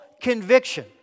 conviction